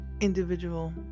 individual